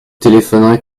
téléphonerai